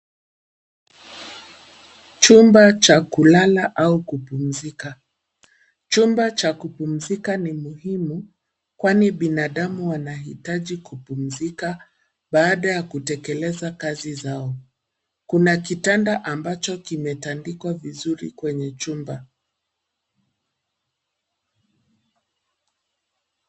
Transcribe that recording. Chumba cha kulala au kupumzika, chumba cha kupumzika ni muhimu kwani binadamu wanahitaji kupumzika baada ya kutekeleza kazi zao. Kuna kitanda ambacho kimetandikwa vizuri kwenye chumba.